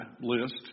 list